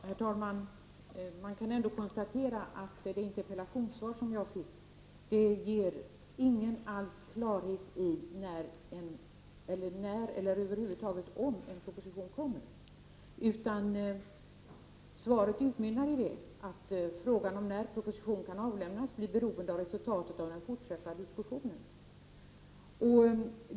Herr talman! Man kan konstatera att det interpellationssvar som jag fick inte alls skapar någon klarhet i frågan om när eller om en proposition kommer. Frågan om när en proposition kan avlämnas blir beroende av resultatet av den fortsatta diskussionen.